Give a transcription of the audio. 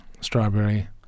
strawberry